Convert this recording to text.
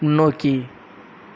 முன்னோக்கி